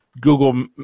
Google